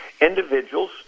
Individuals